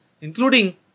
including